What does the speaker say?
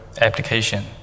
application